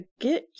get